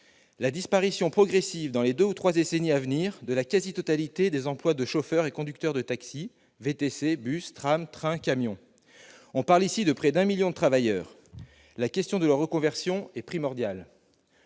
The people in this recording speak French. la disparition progressive, dans les deux ou trois décennies à venir, de la quasi-totalité des emplois de chauffeur et de conducteur de taxi, de VTC, de bus, de tram, de train et de camion. Il s'agit là de près d'un million de travailleurs ! La question de leur reconversion est primordiale.